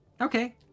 okay